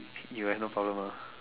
you have no problem ah